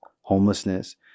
homelessness